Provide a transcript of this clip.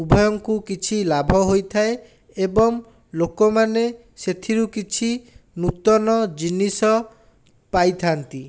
ଉଭୟଙ୍କୁ କିଛି ଲାଭ ହୋଇଥାଏ ଏବଂ ଲୋକମାନେ ସେଥିରୁ କିଛି ନୂତନ ଜିନିଷ ପାଇଥାନ୍ତି